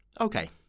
Okay